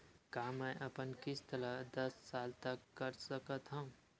का मैं अपन किस्त ला दस साल तक कर सकत हव?